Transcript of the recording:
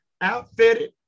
outfitted